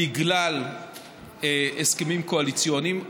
בגלל הסכמים קואליציוניים.